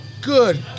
good